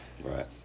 Right